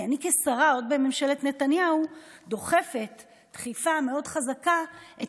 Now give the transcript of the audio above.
כי אני כשרה עוד בממשלת נתניהו דוחפת דחיפה מאוד חזקה את